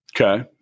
Okay